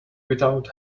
without